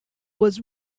was